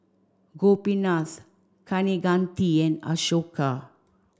Gopinath Kaneganti and Ashoka